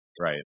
right